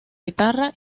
guitarra